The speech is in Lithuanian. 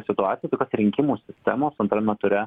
situacija tai kad rinkimų sistemos antrame ture